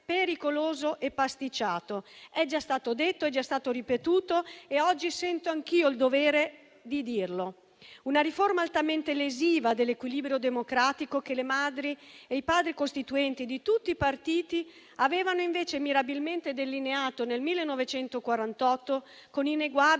pericoloso e pasticciato. È già stato detto, è già stato ripetuto e oggi sento anch'io il dovere di dirlo: è una riforma altamente lesiva dell'equilibrio democratico che le Madri e i Padri Costituenti di tutti i partiti avevano invece mirabilmente delineato nel 1948, con innegabile